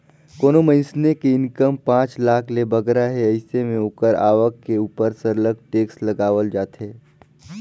कोनो मइनसे के इनकम पांच लाख ले बगरा हे अइसे में ओकर आवक के उपर सरलग टेक्स लगावल जाथे